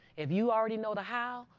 if you already know the how,